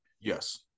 Yes